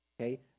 okay